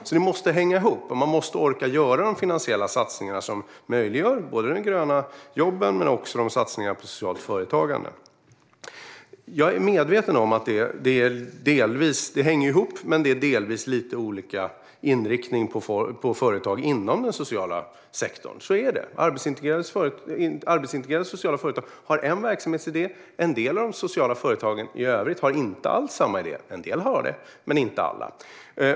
Det måste alltså hänga ihop, och man måste orka göra de finansiella satsningar som möjliggör både de gröna jobben och satsningarna på socialt företagande. Jag är medveten om att det är delvis olika inriktning på företag inom den sociala sektorn, även om det hänger ihop. Så är det. Arbetsintegrerande sociala företag har en verksamhetsidé, och en del av de sociala företagen i övrigt har inte alls samma idé. En del har det, men inte alla.